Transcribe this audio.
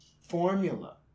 formula